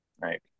right